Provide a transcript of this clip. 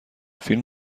فیلم